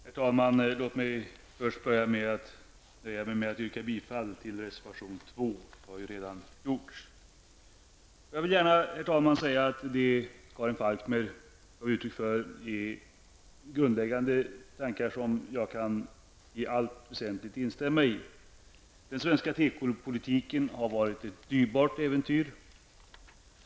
Herr talman! Låt mig börja med att yrka bifall till reservation nr 2, vilket för övrigt redan har gjorts. Jag vill, herr talman, gärna säga att det Karin Falkmer gav uttryck för är grundläggande tankar som jag i allt väsentligt kan instämma i. Den svenska tekopolitiken har varit ett dyrbart äventyr.